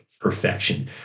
perfection